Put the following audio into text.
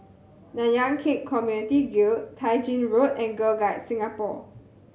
Nanyang Khek Community Guild Tai Gin Road and Girl Guides Singapore